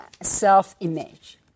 self-image